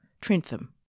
Trentham